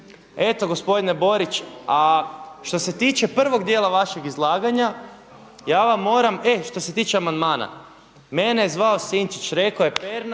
Eto gospodine Borić, a što se tiče prvog dijela vašeg izlaganja ja vam moram, e što se tiče amandmana, mene je zvao Sinčić, rekao je Pernar